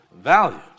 valued